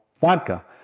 vodka